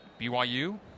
BYU